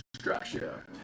structure